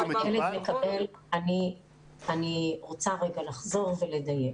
אני רוצה רגע לחזור ולדייק.